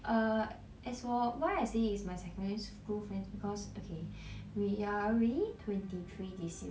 err as for why I say is my secondary school friends because okay we are already twenty three this year